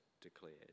declared